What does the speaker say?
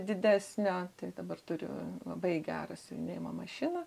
didesnio tai dabar turiu labai gerą siuvinėjimo mašiną